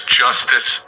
justice